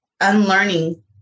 unlearning